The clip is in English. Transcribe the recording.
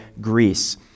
Greece